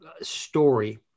story